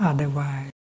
Otherwise